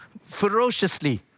ferociously